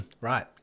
right